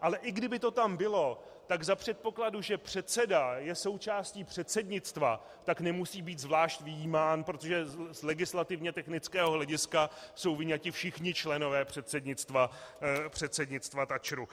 Ale i kdyby to tam bylo, tak za předpokladu, že předseda je součástí předsednictva, tak nemusí být zvlášť vyjímán, protože z legislativně technického hlediska jsou vyňati všichni členové předsednictva TA ČR.